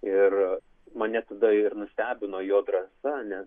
ir mane tada ir nustebino jo drąsa nes